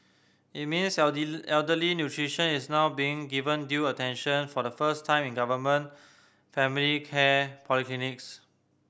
it means elderly nutrition is now being given due attention for the first time in government primary care polyclinics